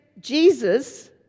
Jesus